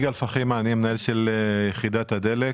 אני מנהל יחידת הדלק,